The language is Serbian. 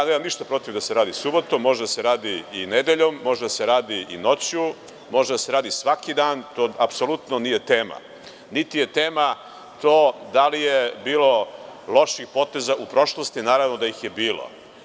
Nemam ništa protiv da se radi subotom, može da se radi i nedeljom, može da se radi i noću, može da se radi svaki dan, to apsolutno nije tema, niti je tema što da li je bilo loših poteza u prošlosti, naravno da ih je bilo.